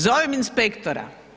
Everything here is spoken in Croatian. Zovem inspektora.